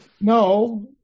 No